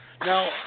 Now